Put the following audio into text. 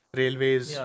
railways